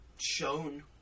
shown